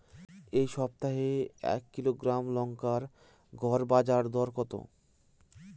এই সপ্তাহে এক কিলোগ্রাম লঙ্কার গড় বাজার দর কত?